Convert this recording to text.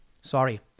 Sorry